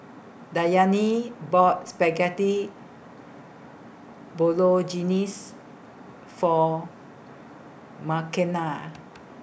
Dwyane bought Spaghetti Bolognese For Makenna